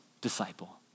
disciple